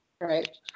Right